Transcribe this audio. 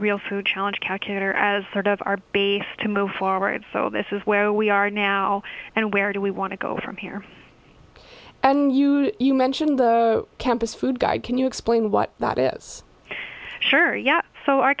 real food challenge calculator as part of our base to move forward so this is where we are now and where do we want to go from here and you you mentioned the campus food guide can you explain what that is sure yeah so our